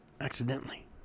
Accidentally